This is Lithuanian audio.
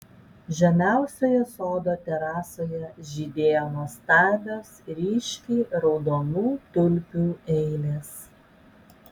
žemiausioje sodo terasoje žydėjo nuostabios ryškiai raudonų tulpių eilės